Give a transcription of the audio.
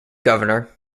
governor